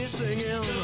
singing